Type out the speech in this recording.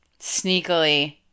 sneakily